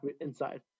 inside